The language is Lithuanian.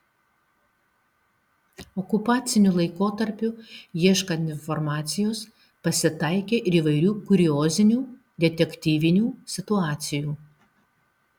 okupaciniu laikotarpiu ieškant informacijos pasitaikė ir įvairių kuriozinių detektyvinių situacijų